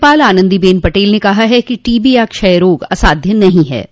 राज्यपाल आनंदीबेन पटेल ने कहा कि टीबी क्षय रोग असाध्य नहीं है